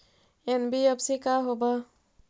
NBFC का होब?